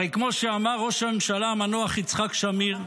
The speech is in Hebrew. הרי כמו שאמר ראש הממשלה המנוח יצחק שמיר: